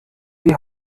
die